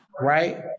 right